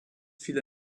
viele